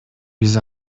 биз